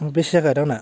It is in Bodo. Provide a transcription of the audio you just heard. बेसे जाखो आदा आंना